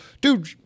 Dude